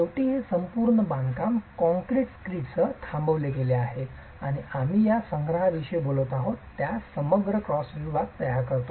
शेवटी हे संपूर्ण बांधकाम काँक्रीट स्क्रीडसह थांबविले गेले आहे आणि आम्ही ज्या संग्रहाविषयी बोलत आहोत त्या समग्र क्रॉस विभाग तयार करतो